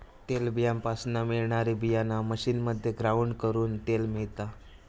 तेलबीयापासना मिळणारी बीयाणा मशीनमध्ये ग्राउंड करून तेल मिळता